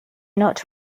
not